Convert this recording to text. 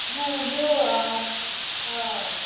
ꯍꯥ ꯑꯗꯨ ꯑꯥ